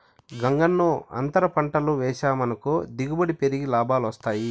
గంగన్నో, అంతర పంటలు వేసావనుకో దిగుబడి పెరిగి లాభాలొస్తాయి